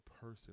person